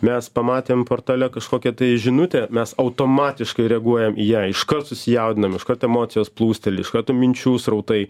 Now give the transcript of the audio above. mes pamatėm portale kažkokią tai žinutę mes automatiškai reaguojam į ją iškart susijaudinam iškart emocijos plūsteli iš karto minčių srautai